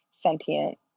sentient